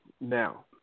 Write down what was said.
Now